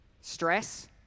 stress